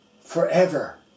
forever